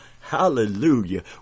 Hallelujah